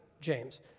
James